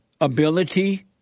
ability